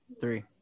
three